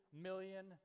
million